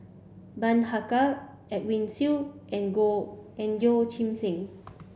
Bani Haykal Edwin Siew and and Yeoh Ghim Seng